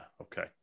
Okay